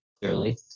clearly